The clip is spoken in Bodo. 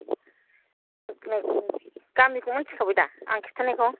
जिखुनु गामिखौ मिन्थिखाबाय दा आं खिन्थानायखौ